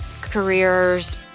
careers